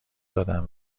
دادن